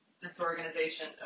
disorganization